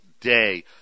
day